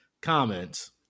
comments